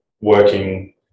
working